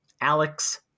Alex